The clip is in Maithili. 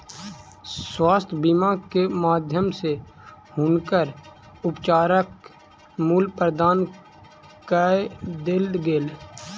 स्वास्थ्य बीमा के माध्यम सॅ हुनकर उपचारक मूल्य प्रदान कय देल गेल